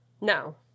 No